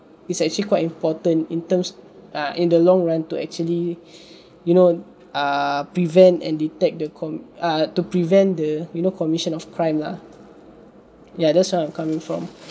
is actually quite important in terms err in the long run to actually you know err prevent and detect the com~ err to prevent the you know commission of crime lah ya that's where I'm coming from